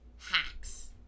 Hacks